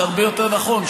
זה הרבה יותר נכון.